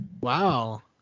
Wow